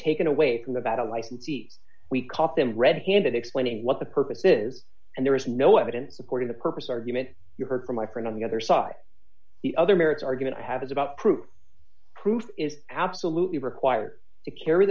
taken away from the battle licensee we caught him red handed explaining what the purpose is and there is no evidence according to purpose argument you heard from my friend on the other side the other merits argument i have is about proof proof is absolutely required to carry